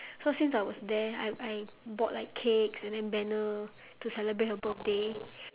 so since I was there I I bought like cakes and then banner to celebrate her birthday